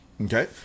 Okay